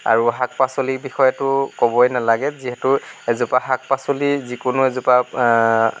আৰু শাক পাচলিৰ বিষয়েতো ক'বই নালাগে যিহেতু এজোপা শাক পাচলিৰ যিকোনো এজোপা